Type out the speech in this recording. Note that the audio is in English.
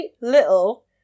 little